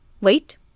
Wait